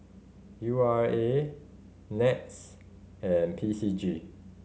U R A NETS and P C G